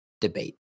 debate